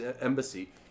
Embassy